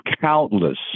countless